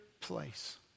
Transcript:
place